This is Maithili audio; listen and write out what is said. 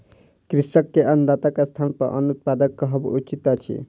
कृषक के अन्नदाताक स्थानपर अन्न उत्पादक कहब उचित अछि